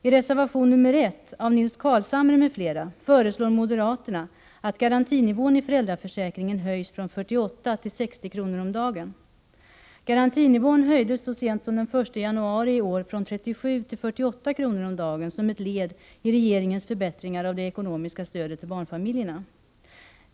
I reservation nr 1 av Nils Carlshamre m.fl. föreslår moderaterna att garantinivån i föräldraförsäkringen höjs från 48 kr. till 60 kr. om dagen. Garantinivån höjdes så sent som den 1 januari i år från 37 kr. till 48 kr. om dagen, som ett led i regeringens förbättringar av det ekonomiska stödet till barnfamiljerna.